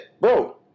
Bro